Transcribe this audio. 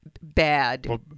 bad